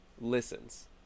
Listens